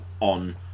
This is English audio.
on